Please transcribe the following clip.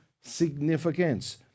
significance